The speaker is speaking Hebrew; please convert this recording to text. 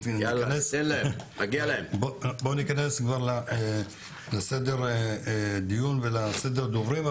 בואו ניכנס לסדר הדיון והדוברים.